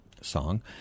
song—